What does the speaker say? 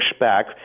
pushback